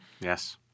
Yes